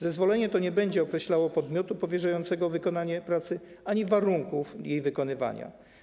Zezwolenie to nie będzie określało podmiotu powierzającego wykonanie pracy ani warunków jej wykonywania.